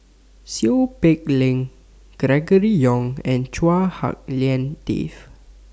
Seow Peck Leng Gregory Yong and Chua Hak Lien Dave